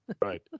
Right